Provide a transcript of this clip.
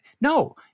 No